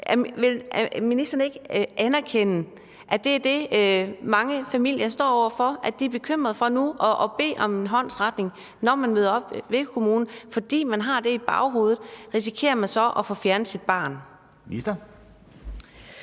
Vil ministeren ikke anerkende, at det er det, mange familier står over for, altså at de nu er bekymret for at bede om en håndsrækning, når de møder op ved kommunen, fordi de har det i baghovedet, at de så risikerer at få fjernet deres barn?